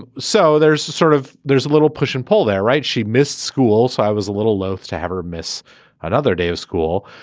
and so there's sort of there's a little push and pull there right. she missed school so i was a little loathe to have her miss another day of school.